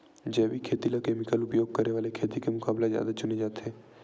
जैविक खेती ला केमिकल उपयोग करे वाले खेती के मुकाबला ज्यादा चुने जाते